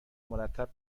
مرتب